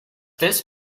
this